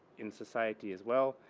in society as well.